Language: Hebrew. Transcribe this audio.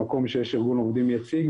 מקום שיש ארגון עובדים יציג,